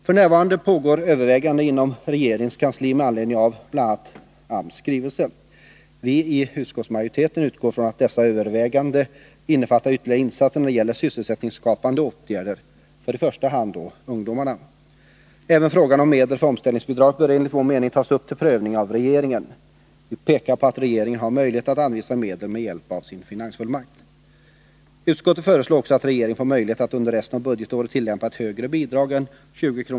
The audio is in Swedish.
F. n. pågår överväganden inom regeringens kansli med anledning av bl.a. en skrivelse från arbetsmarknadsstyrelsen. Vi inom utskottsmajoriteten i arbetsmarknadsutskottet utgår från att dessa överväganden innefattar ytterligare insatser när det gäller sysselsättningsskapande åtgärder för i första hand ungdomar. Även frågan om medel för omställningsbidraget bör enligt vår mening tas upp till prövning av regeringen. Vi pekar på att regeringen har möjlighet att anvisa medel med hjälp av sin finansfullmakt. Utskottet föreslår också att regeringen får möjlighet att under resten av budgetåret tillämpa ett högre bidrag än 20 kr.